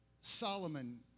Solomon